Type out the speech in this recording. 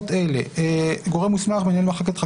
תקנות איסור הלבנת הון (כללים לשימוש במידע שהועבר לחוקר